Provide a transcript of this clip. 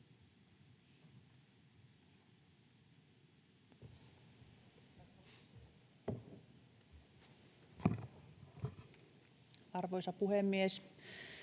Arvoisa puhemies!